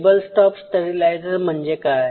table top steriliser म्हणजे काय